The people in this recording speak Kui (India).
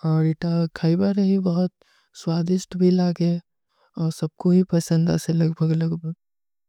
ଔର ଇତା ଖାଈବା ରହୀ, ବହୁତ ସ୍ଵାଧିସ୍ଟ ଭୀ ଲାଗେ, ଔର ସବକୋ ହୀ ପସଂଦା ସେ ଲଗଭଗ ଲଗଭଗ।